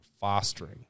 fostering